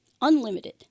unlimited